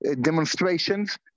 demonstrations